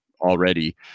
already